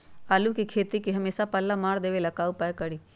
आलू के खेती में हमेसा पल्ला मार देवे ला का उपाय करी?